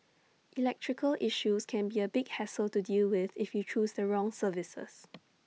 electrical issues can be A big hassle to deal with if you choose the wrong services